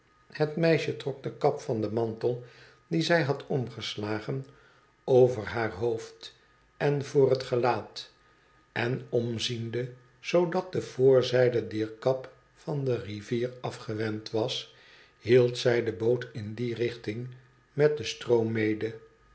het meisje trok de kap van den mantel dien zij had omgeslagen over haar hoofd en voor het gelaat en omziende zoodat de voorzijde dier kap van de rivier afgewend was hield zij de boot in die richting met den stroom mede